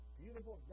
beautiful